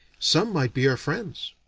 some might be our friends.